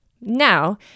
Now